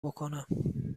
بکنم